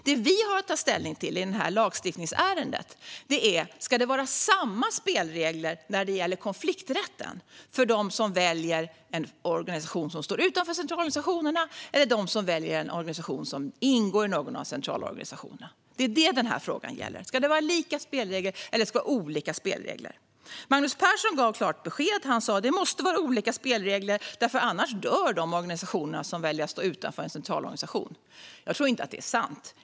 Det vi har att ta ställning till i det här lagstiftningsärendet är om det ska vara samma spelregler när det gäller konflikträtten för dem som väljer en organisation som står utanför centralorganisationerna och för dem som väljer en organisation som ingår i någon av centralorganisationerna. Det är detta som den här frågan gäller: Ska det vara lika eller olika spelregler? Magnus Persson gav klart besked. Han sa: Det måste vara olika spelregler, för annars dör de organisationer som väljer att stå utanför en centralorganisation. Jag tror inte att det är sant.